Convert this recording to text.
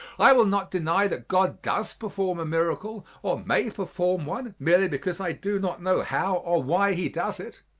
i will not deny that god does perform a miracle or may perform one merely because i do not know how or why he does it.